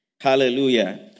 Hallelujah